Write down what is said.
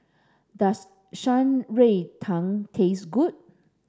does Shan Rui Tang taste good